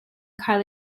cael